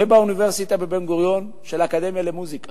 ובאוניברסיטה בבן-גוריון, של האקדמיה למוזיקה,